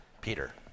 Peter